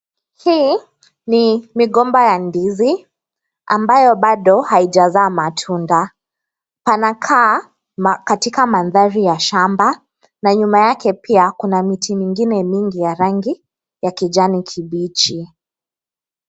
Hii ni migomba ya ndizi ambayo bado haijazaa matunda panakaa katika mandhari ya shamba na nyuma yake pia kuna miti nyingine mingi ya rangi ya kijani kibichi.